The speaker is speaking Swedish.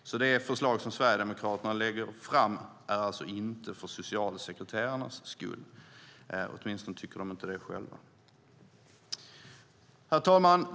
Det förslag som Sverigedemokraterna lägger fram läggs alltså inte fram för socialsekreterarnas skull - åtminstone tycker de inte det själva.